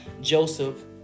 Joseph